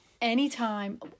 anytime